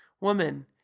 woman